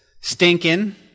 stinking